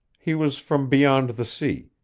he was from beyond the sea,